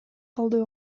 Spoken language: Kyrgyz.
калды